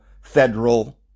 federal